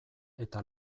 eta